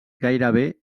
gairebé